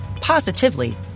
positively